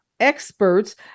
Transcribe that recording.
Experts